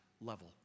level